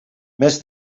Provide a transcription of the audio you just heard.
més